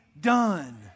done